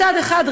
מצד אחד,